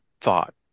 thought